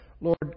Lord